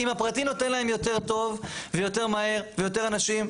אם הפרטי נותן להם יותר טוב ויותר מהר ויותר אנשים,